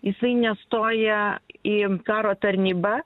jisai nestoja į karo tarnybą